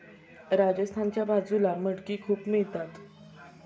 राजस्थानच्या बाजूला मटकी खूप मिळतात